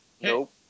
nope